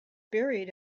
buried